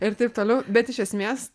ir taip toliau bet iš esmės